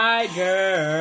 Tiger